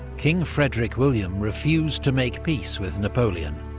king frederick william refused to make peace with napoleon.